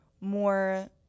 more